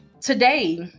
today